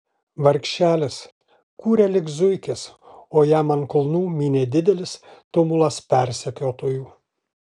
vargšelis kūrė lyg zuikis o jam ant kulnų mynė didelis tumulas persekiotojų